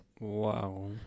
Wow